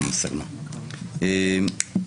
חברים,